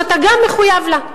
שאתה גם מחויב לה.